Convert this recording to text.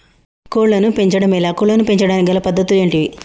కోళ్లను పెంచడం ఎలా, కోళ్లను పెంచడానికి గల పద్ధతులు ఏంటివి?